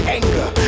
anger